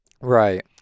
Right